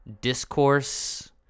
discourse